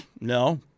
no